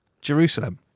Jerusalem